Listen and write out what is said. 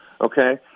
Okay